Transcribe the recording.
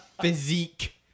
Physique